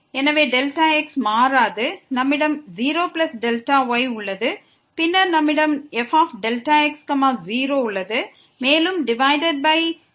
எனவே Δx மாறாது நம்மிடம் 0Δy உள்ளது பின்னர் நம்மிடம் fΔx0 டிவைடட் பை Δy உள்ளது